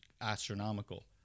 astronomical